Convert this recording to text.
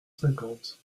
cinquante